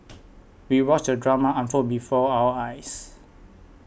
we watched the drama unfold before our eyes